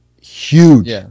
huge